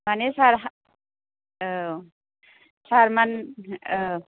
माने सार हा औ सार मान औ